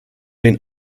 den